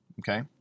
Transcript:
Okay